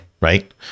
Right